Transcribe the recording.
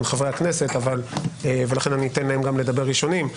חברי הכנסת ולכן אני אתן להם לדבר ראשונים.